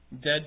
dead